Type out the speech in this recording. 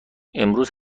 امروز